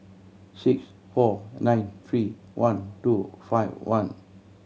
six four nine three one two five one